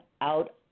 out